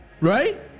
Right